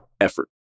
effort